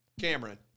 Cameron